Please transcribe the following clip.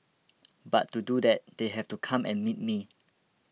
but to do that they have to come and meet me